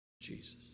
Jesus